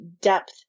depth